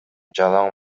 жалаң